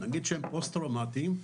נגיד שהם פוסט טראומטיים,